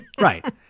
right